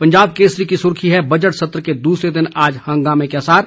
पंजाब केसरी की सुर्खी है बजट सत्र के दूसरे दिन आज हंगामे के आसार